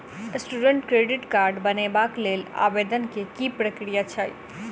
Student credit card बनेबाक लेल आवेदन केँ की प्रक्रिया छै?